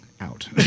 out